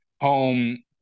home